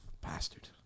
Bastard